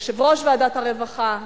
יושב-ראש ועדת הרווחה,